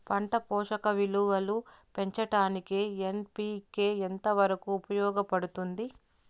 పంట పోషక విలువలు పెంచడానికి ఎన్.పి.కె ఎంత వరకు ఉపయోగపడుతుంది